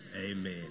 Amen